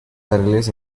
carriles